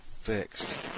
Fixed